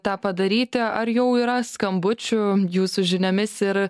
tą padaryti ar jau yra skambučių jūsų žiniomis ir